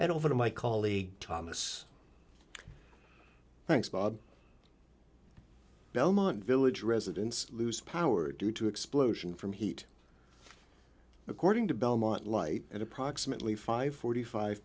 and over to my colleague thomas thanks bob belmont village residents lose power due to explosion from heat according to belmont light at approximately five forty five